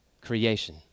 creation